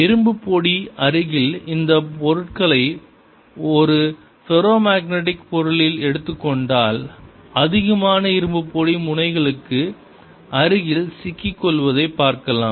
இரும்புப்பொடி அருகில் இந்த பொருட்களை ஒரு ஃபெரோமக்னடிக் பொருளில் எடுத்துக் கொண்டால் அதிகமான இரும்புப்பொடி முனைகளுக்கு அருகில் சிக்கிக் கொள்வதை பார்க்கலாம்